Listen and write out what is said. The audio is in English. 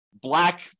black